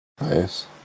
Nice